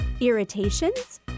Irritations